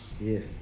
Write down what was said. Yes